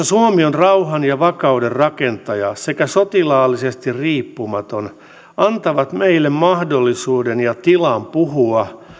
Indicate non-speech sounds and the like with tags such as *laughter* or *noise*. *unintelligible* suomi on rauhan ja vakauden rakentaja sekä sotilaallisesti riippumaton antaa meille mahdollisuuden ja tilan puhua